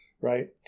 right